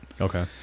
Okay